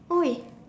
!oi!